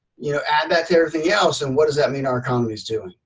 yeah add that to everything else, and what does that mean our economy's doing?